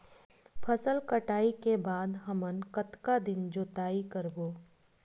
फसल कटाई के बाद हमन कतका दिन जोताई करबो?